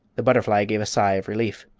the butterfly gave a sigh of relief.